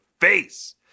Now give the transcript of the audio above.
face